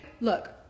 look